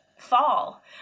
Fall